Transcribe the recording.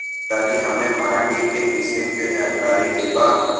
तनि हमें माटी के किसीम के जानकारी देबा?